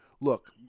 Look